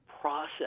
process